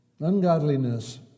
Ungodliness